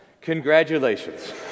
Congratulations